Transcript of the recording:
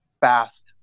fast